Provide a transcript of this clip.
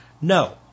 No